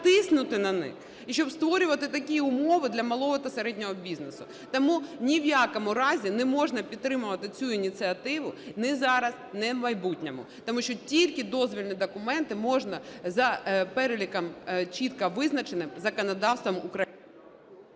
тиснути на них і щоб створювати такі умови для малого та середнього бізнесу. Тому ні в якому разі не можна підтримувати цю ініціативу ні зараз, ні в майбутньому, тому що тільки дозвільні документи можна за переліком, чітко визначеним законодавством України.